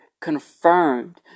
confirmed